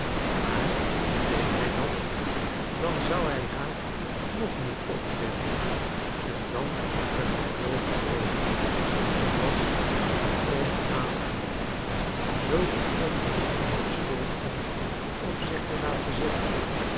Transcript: maar deed hij dat dan zou hij haar nog meer opwinden en dan werd de kloof verbreed het was onaangenaam zulk een ongegronde beschuldiging op zich te laten zitten